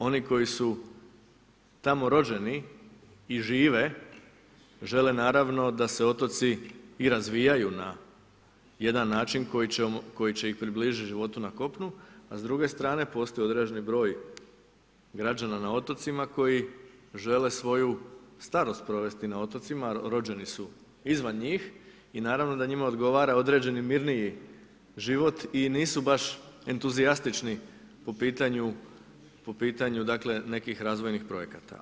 Oni koji su tamo rođeni i žive, žele naravno da se otoci i razvijaju na jedan način koji će ih približit životu na kopnu, a s druge strane postoji određeni broj građana na otocima koji žele svoju starost provesti na otocima, a rođeni su izvan njih i naravno da njima odgovara određeni mirniji život i nisu baš entuzijastični po pitanju nekih razvojnih projekata.